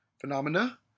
phenomena